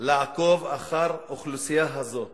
לעקוב אחר האוכלוסייה הזאת